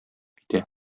китә